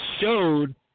showed